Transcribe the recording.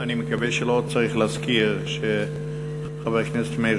אני מקווה שלא צריך להזכיר שחבר הכנסת מאיר